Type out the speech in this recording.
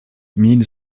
mille